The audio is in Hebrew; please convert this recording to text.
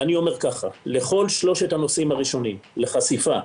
אני אומר שלכל שלושת הנושאים הראשונים: לחשיפה,